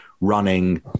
running